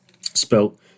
spelt